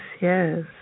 yes